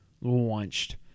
launched